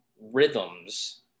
rhythms